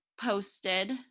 posted